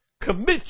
commit